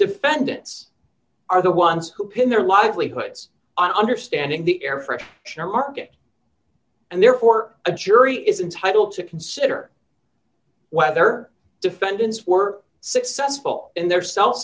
defendants are the ones who pin their livelihoods on understanding the air for her market and therefore a jury is entitle to consider whether defendants were successful in their sel